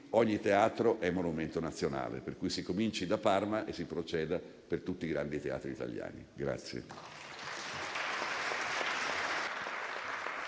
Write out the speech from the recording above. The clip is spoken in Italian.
ogni teatro è monumento nazionale, per cui si cominci da Parma e si proceda per tutti i grandi teatri italiani.